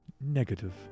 negative